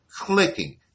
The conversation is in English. clicking